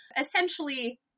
essentially